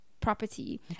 property